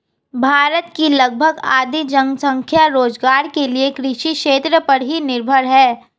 भारत की लगभग आधी जनसंख्या रोज़गार के लिये कृषि क्षेत्र पर ही निर्भर है